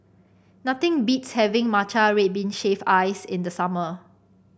nothing beats having Matcha Red Bean Shaved Ice in the summer